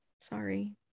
sorry